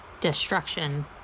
destruction